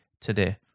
today